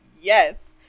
yes